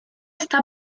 está